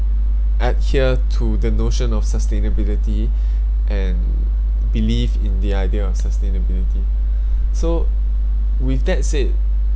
adhere to the notion of sustainability and believe in the idea of sustainability so with that said